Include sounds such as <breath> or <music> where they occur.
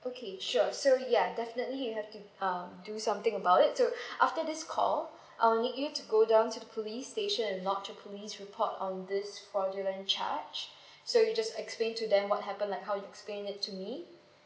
okay sure so ya definitely you have to um do something about it so <breath> after this call I'll need you to go down to the police station and lodge a police report um this fraudulent charge so you just explain to them what happened like how you explained it to me